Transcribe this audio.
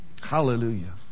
Hallelujah